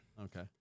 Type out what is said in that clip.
Okay